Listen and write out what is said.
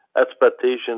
expectations